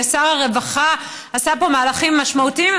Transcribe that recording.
ושר הרווחה עשה פה מהלכים משמעותיים.